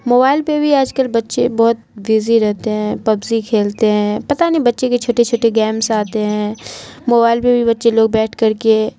mobile پہ بھی آج کل بچے بہت بزی رہتے ہیں پب جی کھیلتے ہیں پتہ نہیں بچے کے چھوٹے چھوٹے گیمس آتے ہیں موبائل پہ بھی بچے لوگ بیٹھ کر کے